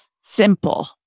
simple